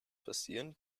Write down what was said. passieren